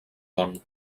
món